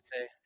say